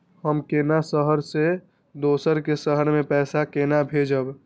हम केना शहर से दोसर के शहर मैं पैसा केना भेजव?